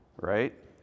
right